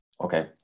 Okay